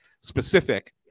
specific